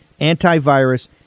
antivirus